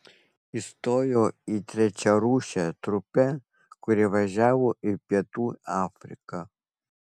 įstojo į trečiarūšę trupę kuri važiavo į pietų afriką